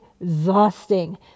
exhausting